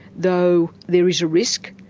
though there is a risk,